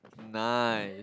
nice